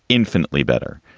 infinitely better,